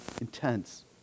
intense